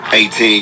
18